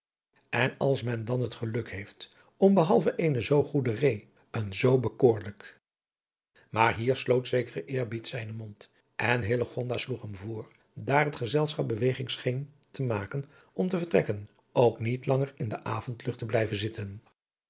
en als men dan het geluk heeft om behalve eene zoo goede ree een zoo bekoorlijk maar hier floot zekere eerbied zijnen mond en hillegonda sloeg hem voor om daar het gezelschap beweging scheen te maken om te vertrekken ook niet langer in de avondlucht te blijven zitten